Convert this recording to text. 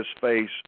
face